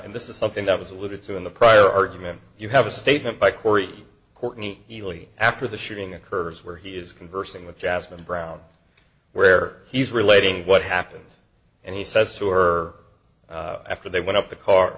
and this is something that was alluded to in a prior argument you have a statement by corey courtney healy after the shooting occurs where he is conversing with jasmine brown where he's relating what happened and he says to her after they went up the car